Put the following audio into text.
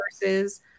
versus